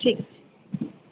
ঠিক আছে